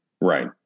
Right